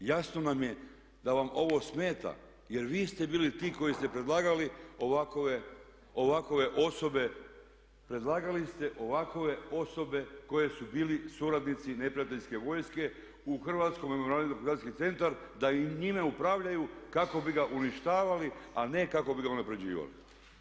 Jasno nam je da vam ovo smeta jer vi ste bili ti koji ste predlagali ovakve osobe, predlagali ste ovakve osobe koji su bili suradnici neprijateljske vojske u Hrvatsko memorijalno dokumentacijski centar da i njime upravljaju kako bi ga uništavali a ne kako bi ga unapređivali.